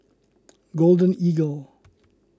Golden Eagle